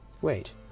Wait